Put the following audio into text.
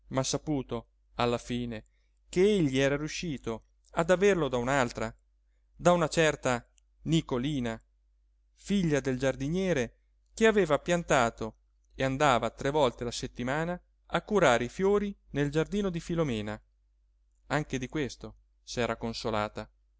ma saputo alla fine che egli era riuscito ad averlo da un'altra da una certa nicolina figlia del giardiniere che aveva piantato e andava tre volte la settimana a curare i fiori nel giardino di filomena anche di questo s'era consolata